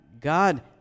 God